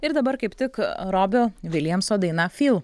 ir dabar kaip tik robio viljamso daina fyl